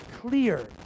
clear